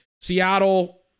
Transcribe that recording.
Seattle